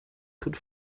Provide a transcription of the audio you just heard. could